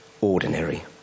ordinary